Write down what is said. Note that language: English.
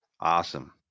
Awesome